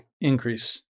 increase